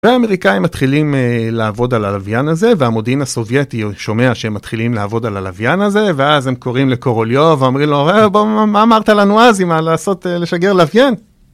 והאמריקאים מתחילים לעבוד על הלוויין הזה, והמודיעין הסובייטי שומע שהם מתחילים לעבוד על הלוויין הזה, ואז הם קוראים לקורוליו ואמרים לו, אה, בוא, מה אמרת לנו אז עם לעשות לשגר לוויין?